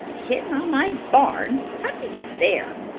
kitten on my barn? how did he get there?